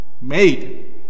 made